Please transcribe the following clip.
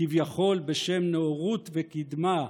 כביכול בשם נאורות וקידמה,